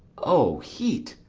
o heat,